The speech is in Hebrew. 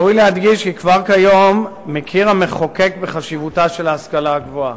ראוי להדגיש שכבר כיום המחוקק מכיר בחשיבותה של ההשכלה הגבוהה,